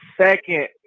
second